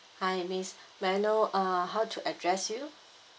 hi miss may I know uh how to address you